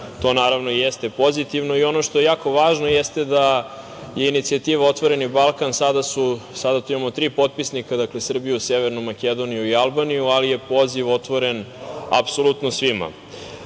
To naravno jeste pozitivno i ono što je jako važno jeste da u inicijativi "Otvoreni Balkan" sada imamo tri potpisnika, Srbiju, Severnu Makedoniju i Albaniju, ali je poziv otvoren apsolutno svima. Ono